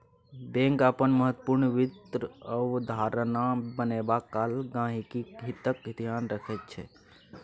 bank अपन महत्वपूर्ण वित्त अवधारणा बनेबा काल गहिंकीक हितक ध्यान रखैत छै